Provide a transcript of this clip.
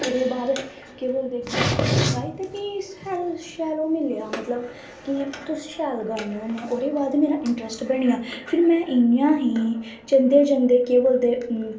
ओह्दे बाद केह् बोलदे गाई ते फ्ही शैल ओह् मिलेआ मतलव कि तुस शैल गाने होने ओह्दे बाद मेरा इंट्रस्ट बनिया फिर में इयां गै जंदे जंदे केह् बोलदे